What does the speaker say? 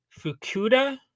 Fukuda